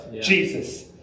Jesus